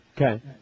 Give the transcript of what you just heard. Okay